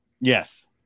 Yes